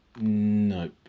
nope